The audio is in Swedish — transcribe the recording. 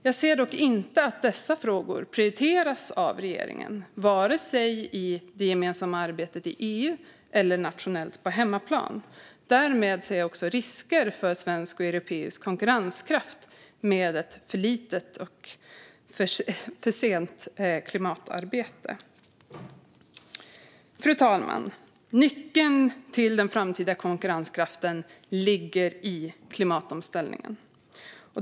Jag ser dock inte att dessa frågor prioriteras av regeringen vare sig i det gemensamma arbetet i EU eller nationellt på hemmaplan. Därmed ser jag också risker för svensk och europeisk konkurrenskraft med ett för litet och för sent klimatarbete. Fru talman! Nyckeln till den framtida konkurrenskraften ligger i klimatomställningen.